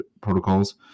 protocols